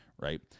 right